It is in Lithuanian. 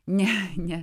ne ne